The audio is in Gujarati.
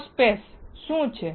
એરોસ્પેસ નું શું